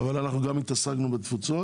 אבל אנחנו גם התעסקנו בתפוצות.